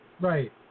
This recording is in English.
Right